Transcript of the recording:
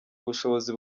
ubushobozi